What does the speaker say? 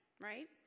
right